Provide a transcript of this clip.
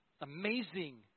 amazing